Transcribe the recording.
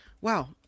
Wow